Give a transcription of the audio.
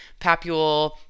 papule